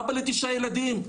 אבא לתשעה ילדים,